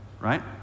Right